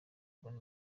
abona